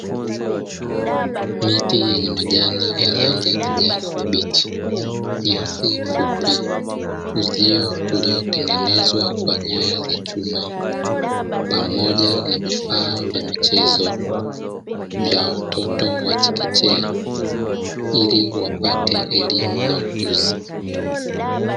Miti yenye majani ya rangi ya kijani kibichi, nyasi fupi, uzio uliotengenezwa kwa nyaya za chuma pamoja na vifaa vya michezo vya watoto wa chekechea, ili wapate elimu na ujuzi.